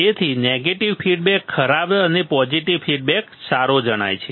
તેથી negative feedback ખરાબ અને પોઝિટિવ ફીડબેક સારો જણાય છે